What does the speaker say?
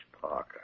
Parker